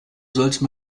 sollte